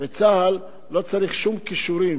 בצה"ל לא צריך שום כישורים.